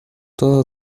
todo